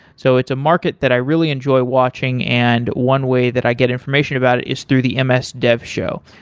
so it's a market that i really enjoy watching and one way that i get information about it is through the um ms dev show.